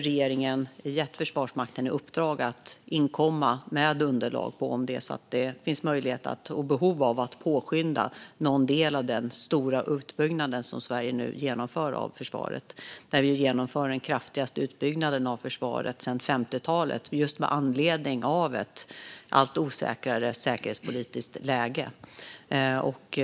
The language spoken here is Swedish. Regeringen har gett Försvarsmakten i uppdrag att inkomma med underlag på om det finns möjlighet och behov av att påskynda någon del av den stora utbyggnad som Sverige nu genomför av försvaret. Det är den kraftigaste utbyggnaden av försvaret sedan 50-talet, just med anledning av ett allt osäkrare säkerhetspolitiskt läge.